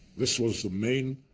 this was the main,